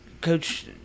Coach –